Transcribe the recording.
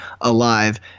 alive